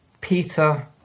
Peter